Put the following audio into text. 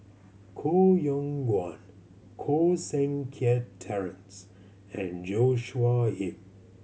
Koh Yong Guan Koh Seng Kiat Terence and Joshua Ip